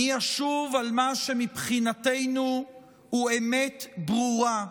אני אשוב על מה שמבחינתנו הוא אמת ברורה: